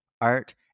art